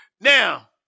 Now